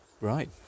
Right